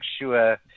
sure